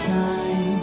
time